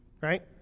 right